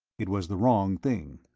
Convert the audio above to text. it was the wrong thing.